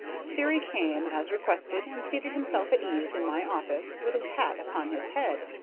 sterry came, as requested, and seated himself at ease in my office with his hat upon his head.